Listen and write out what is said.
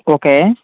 okay